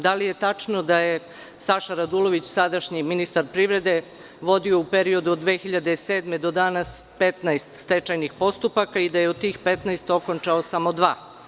Da li je tačno da je Saša Radulović, sadašnji ministar privrede, vodio u periodu od 2007. godine do danas 15 stečajnih postupaka i da je od tih 15 okončao samo dva?